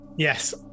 Yes